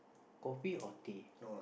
kopi or teh